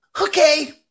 okay